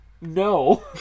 No